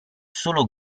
solo